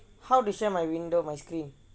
how to share my window my screen